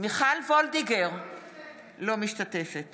אינה משתתפת